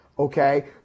Okay